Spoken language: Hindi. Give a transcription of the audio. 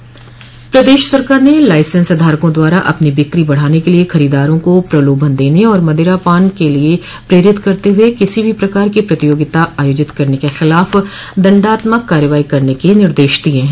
प्रदेश सरकार ने लाइसेंस धारकों द्वारा अपनी बिक्री बढ़ाने के लिये खरीददारों को प्रलोभन देने और मदिरा पान के लिये प्रेरित करते हुए किसी भी प्रकार की प्रतियोगिता आयोजित करने के खिलाफ दंडात्मक कार्रवाई करने के निर्देश दिये हैं